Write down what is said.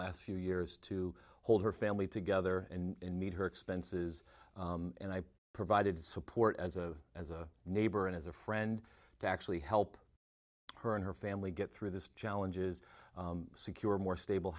last few years to hold her family together and meet her expenses and i provided support as a as a neighbor and as a friend to actually help her and her family get through this challenges secure more stable